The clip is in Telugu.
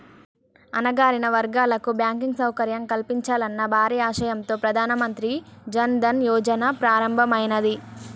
అణగారిన వర్గాలకు బ్యాంకింగ్ సౌకర్యం కల్పించాలన్న భారీ ఆశయంతో ప్రధాన మంత్రి జన్ ధన్ యోజన ప్రారంభమైనాది